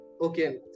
okay